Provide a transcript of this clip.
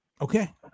Okay